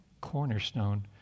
cornerstone